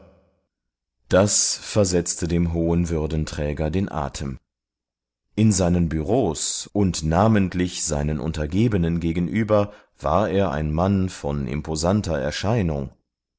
das versetzte dem hohen würdenträger den atem in seinen büros und namentlich seinen untergebenen gegenüber war er ein mann von imposanter erscheinung